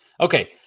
Okay